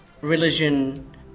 religion